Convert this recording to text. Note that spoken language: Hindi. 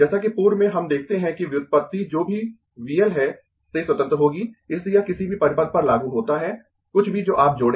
जैसा कि पूर्व में हम देखते है कि व्युत्पत्ति जो भी V L है से स्वतंत्र होगी इसलिए यह किसी भी परिपथ पर लागू होता है कुछ भी जो आप जोड़ें